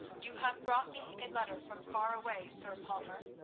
you have brought me a letter from far away, sir palmer,